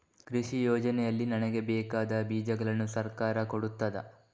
ಕೃಷಿ ಯೋಜನೆಯಲ್ಲಿ ನನಗೆ ಬೇಕಾದ ಬೀಜಗಳನ್ನು ಸರಕಾರ ಕೊಡುತ್ತದಾ?